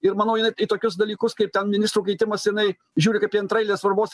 ir manau jinai tokius dalykus kaip ten ministrų keitimas jinai žiūri kaip į antraeilės svarbos